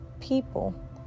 people